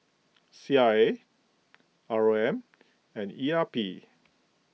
C R A R O M and E R P